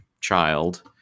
child